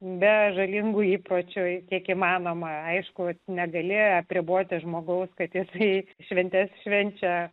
be žalingų įpročių į kiek įmanoma aišku negali apriboti žmogaus kad jis eis šventes švenčia